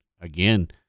again